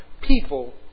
people